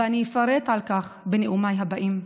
ואני אפרט על כך בנאומיי הבאים.